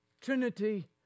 Trinity